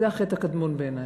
זה החטא הקדמון בעיני.